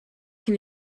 cyn